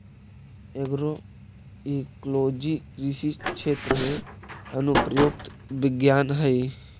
agroecology कृषि क्षेत्र में अनुप्रयुक्त विज्ञान हइ